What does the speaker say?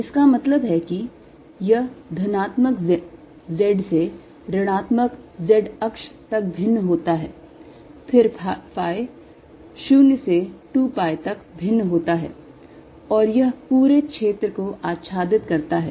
इसका मतलब है कि यह धनात्मक z से ऋणात्मक z अक्ष तक भिन्न होता है फिर phi 0 से 2 pi तक भिन्न होता है और यह पूरे क्षेत्र को आच्छादित करता है